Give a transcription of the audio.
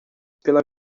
pela